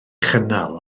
chynnal